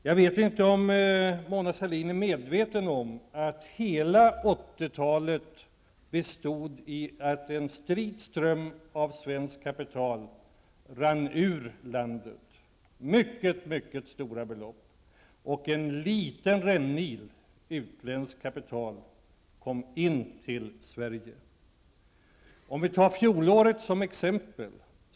Jag vet inte om Mona Sahlin är medveten om att hela 80-talet bestod i att en strid ström av svenskt kapital rann ut ur landet. Det rörde sig om mycket stora belopp. Det var bara en liten rännil utländskt kapital som kom in till Låt mig ta fjolåret som exempel.